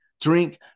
drink